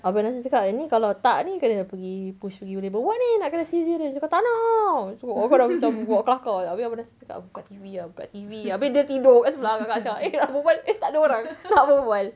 abang nasir cakap ni kalau tak ni kena pergi push bawa naik ward ni nak kena caesarean lepas tu kakak cakap tak nak ah habis dah macam buat kelakar habis abang nasir cakap buka T_V lah buka T_V habis dia tidur dekat sebelah kakak macam eh nak berbual eh tak ada orang tak berbual